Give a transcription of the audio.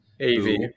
AV